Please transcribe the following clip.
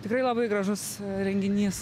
tikrai labai gražus renginys